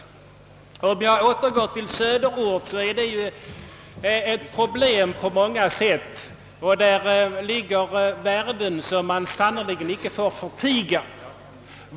Om jag får återgå till Söderort vill jag säga att där aktualiseras värden som icke får förtigas.